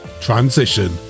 transition